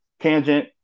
Tangent